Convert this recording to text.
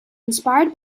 inspired